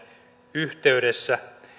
yhteydessä